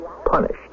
punished